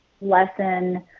lesson